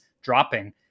dropping